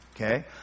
Okay